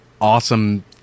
awesome